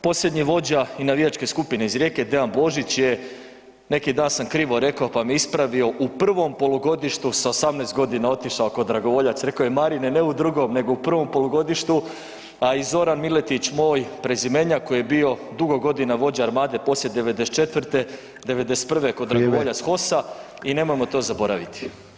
Posljednji vođa i navijačke skupine iz Rijeke Dean Božić je neki dan sam krivo rekao pa me ispravio u prvom polugodištu s 18 godina otišao kao dragovoljac, rekao je Marine ne u drugom nego u prvom polugodištu, a i Zoran Miletić moj prezimenjak koji je bio dugo godina vođa Armade poslije '94., '91. ko dragovoljac HOS-a [[Upadica: Vrijeme.]] i nemojmo to zaboraviti.